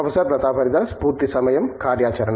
professor Pratap Haridas పూర్తి సమయం కార్యాచరణ